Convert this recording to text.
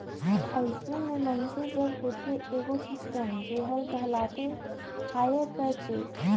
अइसे में मइनसे जग होथे एगोट सिस्टम जेहर कहलाथे हायर परचेस